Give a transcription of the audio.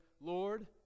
Lord